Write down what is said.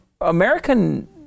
american